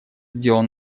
сделан